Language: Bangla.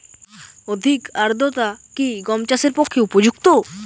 অধিক আর্দ্রতা কি গম চাষের পক্ষে উপযুক্ত?